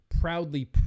proudly